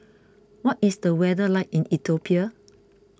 what is the weather like in Ethiopia